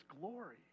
glory